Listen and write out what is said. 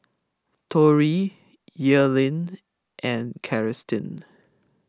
Tori Earlene and Celestine